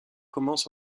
commence